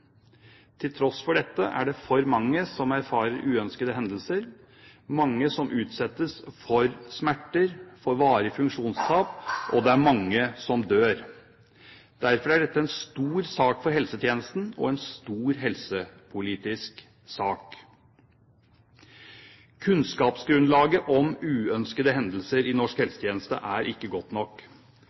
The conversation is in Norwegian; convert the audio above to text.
Til tross for dette er det for mange som erfarer uønskede hendelser, mange som utsettes for smerter, for varige funksjonstap, og det er mange som dør. Derfor er dette en stor sak for helsetjenesten, og en stor helsepolitisk sak. Kunnskapsgrunnlaget om uønskede hendelser i norsk helsetjeneste er ikke godt nok.